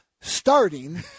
starting